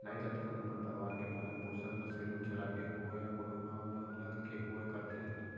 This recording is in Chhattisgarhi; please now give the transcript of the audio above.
नाई जात के मन अपन परवार के पालन पोसन ल सेलून चलाके होवय या कोनो गाँव म लग के होवय करथे